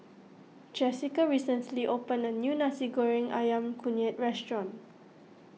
Jessica recently opened a new Nasi Goreng Ayam Kunyit restaurant